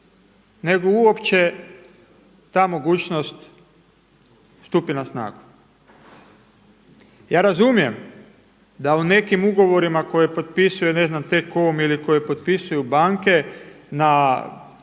nego uopće ta mogućnost stupi na snagu. Ja razumijem da u nekim ugovorima koje potpisuje ne znam T-com ili koje potpisuju banke na 5.,